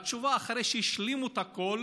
התשובה, אחרי שהשלימו את הכול: